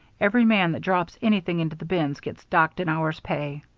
every man that drops anything into the bins gets docked an hour's pay.